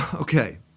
Okay